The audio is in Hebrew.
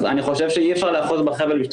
אז אני חושב שאי אפשר לאחוז בחבל בשני